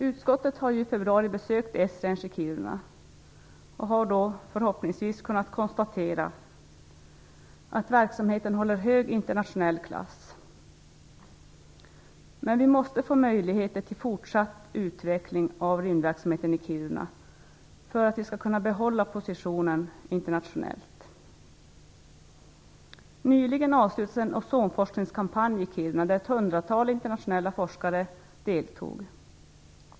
Utskottet har i februari besökt Esrange i Kiruna och har då förhoppningsvis kunnat konstatera att verksamheten håller hög internationell klass. Men vi måste få möjligheter till fortsatt utveckling av rymdverksamheten i Kiruna för att vi skall kunna behålla denna position internationellt. Nyligen avslutades en ozonforskningskampanj i Kiruna, där ett hundratal internationella forskare deltog.